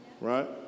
Right